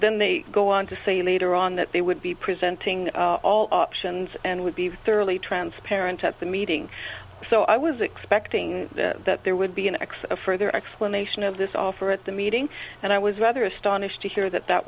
then they go on to say later on that they would be presenting all options and would be thoroughly transparent at the meeting so i was expecting that there would be an x further explanation of this offer at the meeting and i was rather astonished to hear that that